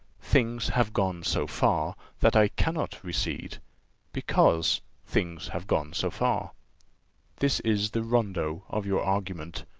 things have gone so far that i cannot recede because things have gone so far this is the rondeau of your argument.